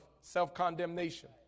self-condemnation